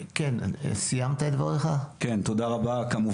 ד"ר גל